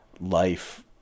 life